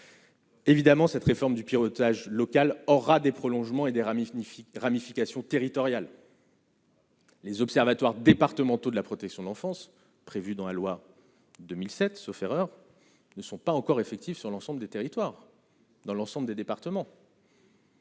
évidemment, cette réforme du pilotage local aura des prolongements et des Rami signifie ramifications territoriale. Les observatoires départementaux de la protection de l'enfance, prévu dans la loi 2007, sauf erreur, ne sont pas encore effectif sur l'ensemble des territoires dans l'ensemble des départements.